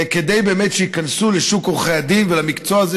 כדי שבאמת ייכנסו לְשוק עורכי הדין ולמקצוע הזה,